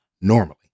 normally